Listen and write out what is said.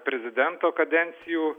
prezidento kadencijų